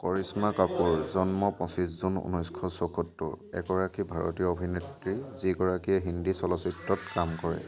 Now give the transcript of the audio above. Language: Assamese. কৰিশ্মা কাপুৰ জন্ম পঁচিছ জুন ঊনৈছশ চৌসত্তৰ এগৰাকী ভাৰতীয় অভিনেত্ৰী যিগৰাকীয়ে হিন্দী চলচিত্ৰত কাম কৰে